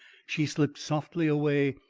she slipped softly away,